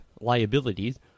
liabilities